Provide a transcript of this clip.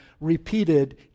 repeated